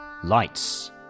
Lights